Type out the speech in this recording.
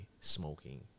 smoking